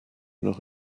noch